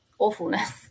awfulness